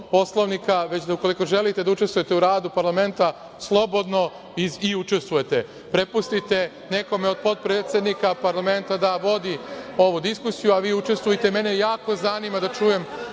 već da ukoliko želite da učestvujete u radu parlamenta, slobodno i učestvujete, prepustite nekome od potpredsednika parlamenta da vodi ovu diskusiju, a vi učestvujte. Mene jako zanima da čujem